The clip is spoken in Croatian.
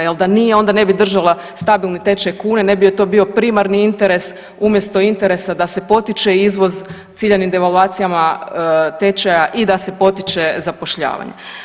Jel da nije onda ne bi držala stabilni tečaj kune, ne bi joj to bio primarni interes umjesto interesa da se potiče izvoz ciljanim devalvacijama tečaja i da se potiče zapošljavanja.